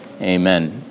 Amen